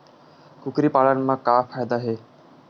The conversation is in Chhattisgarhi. कुकरी पालन म का फ़ायदा हे?